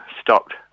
stopped